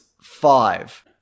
five